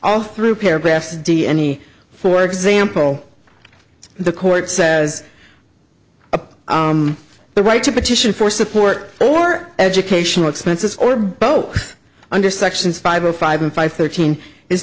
all through paragraph d n e for example the court says the right to petition for support for educational expenses or both under sections five zero five and five thirteen is